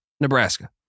Nebraska